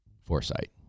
Foresight